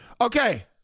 Okay